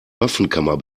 waffenkammer